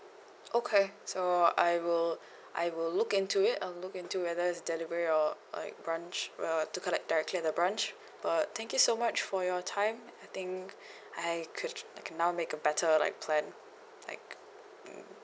okay so I will I will look into it I will look into whether it's delivery or like branch err to collect directly at the branch but thank you so much for your time I think I could I can now make a better like plan like mm